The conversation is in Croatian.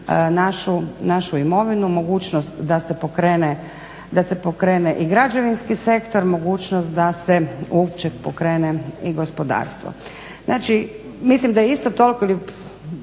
našu imovinu, mogućnost da se pokrene i građevinski sektor, mogućnost da se uopće pokrene i gospodarstvo. Znači, mislim da isto toliko ili